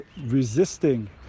resisting